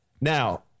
Now